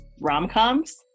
rom-coms